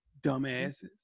Dumbasses